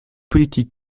politique